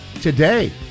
today